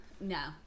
No